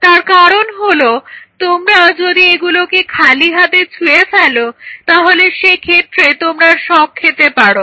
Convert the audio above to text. তার কারণ হলো তোমরা যদি এগুলোকে খালি হাতে ছুঁয়ে ফেলো তাহলে সেক্ষেত্রে তোমরা শক খেতে পারো